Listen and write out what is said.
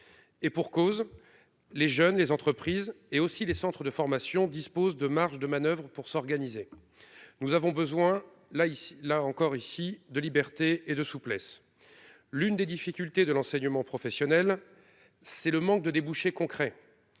et pour cause : les jeunes, les entreprises et les centres de formation disposent de marges de manoeuvre pour s'organiser. Nous avons donc besoin, là encore, de liberté et de souplesse. L'une des difficultés de l'enseignement professionnel réside dans le manque de débouchés concrets